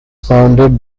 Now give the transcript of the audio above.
founded